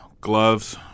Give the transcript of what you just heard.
gloves